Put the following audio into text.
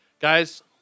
Guys